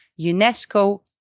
UNESCO